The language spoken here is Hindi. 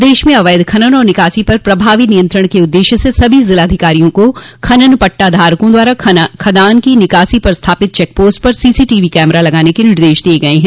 प्रदेश में अवैध खनन और निकासी पर प्रभावी नियंत्रण के उददेश्य स सभी जिलाधिकारियों को खनन पट्टा धारकों द्वारा खदान की निकासी पर स्थापित चेक पोस्ट पर सीसी टीवी कैमरा लगवाने का निर्देश दिया गया है